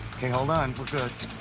ok. hold on. we're good.